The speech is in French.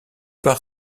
par